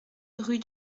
rue